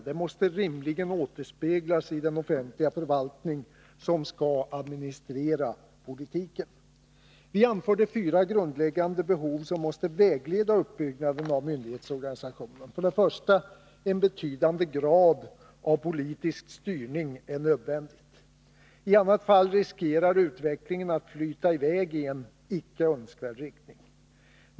Det måste rimligen återspeglas i den offentliga förvaltning som skall administrera politiken. Vi anförde fyra grundläggande behov som måste vägleda uppbyggnaden av myndighetsorganisationen: 1. En betydande grad av politisk styrning är nödvändig. I annat fall riskerar utvecklingen att flyta i väg i en icke önskvärd riktning.